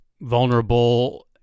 vulnerable